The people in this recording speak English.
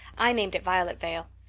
i named it violet vale.